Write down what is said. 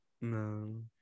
No